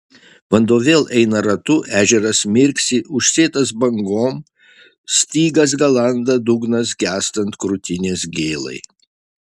vanduo vėl eina ratu ežeras mirksi užsėtas bangom stygas galanda dugnas gęstant krūtinės gėlai